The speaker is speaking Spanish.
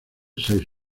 seis